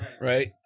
right